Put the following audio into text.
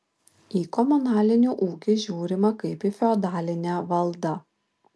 į komunalinį ūkį žiūrima kaip į feodalinę valdą